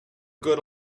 good